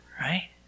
right